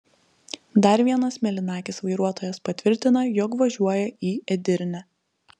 dar vienas mėlynakis vairuotojas patvirtina jog važiuoja į edirnę